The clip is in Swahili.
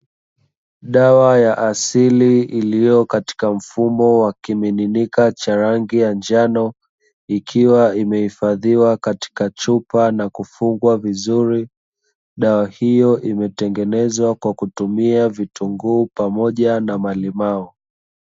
Dawa ya asili iliyo katika mfumo wa kimiminika cha rangi ya njano, ikiwa imehifadhiwa katika chupa na kufungwa vizuri. Dawa hiyo imetengenezwa kwa kutumia vitunguu pamoja na malimao.